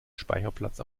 speicherplatz